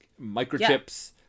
microchips